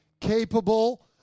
capable